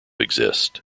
exist